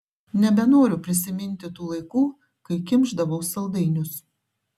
nebenoriu prisiminti tų laikų kai kimšdavau saldainius